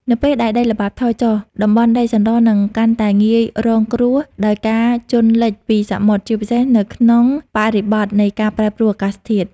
នៅពេលដែលដីល្បាប់ថយចុះ តំបន់ដីសណ្ដរនឹងកាន់តែងាយរងគ្រោះដោយការជន់លិចពីសមុទ្រ ជាពិសេសនៅក្នុងបរិបទនៃការប្រែប្រួលអាកាសធាតុ។